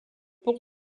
pour